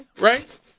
right